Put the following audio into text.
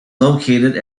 located